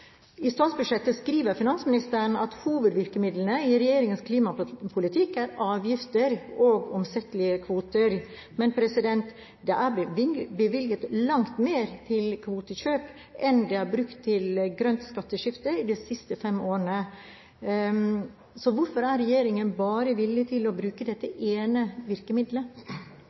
I statsbudsjettet skriver finansministeren at hovedvirkemidlene i regjeringens klimapolitikk er avgifter og omsettelige kvoter. Men det er bevilget langt mer til kvotekjøp enn det er brukt til grønt skatteskifte i de siste fem årene. Så hvorfor er regjeringen bare villig til å bruke dette ene